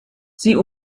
sie